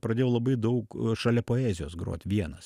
pradėjau labai daug šalia poezijos grot vienas